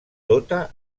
tota